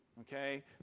Okay